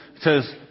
says